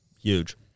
huge